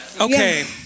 Okay